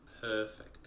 perfect